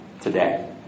today